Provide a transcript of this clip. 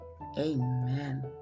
amen